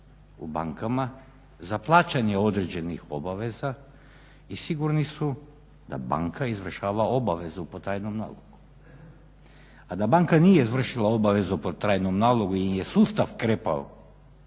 u bankama za plaćanje određenih obaveza i sigurni su da banka izvršava obavezu po trajnom nalogu. A da banka nije izvršila obavezu po trajnom nalogu jer im je sustav krepao